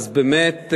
אז, באמת,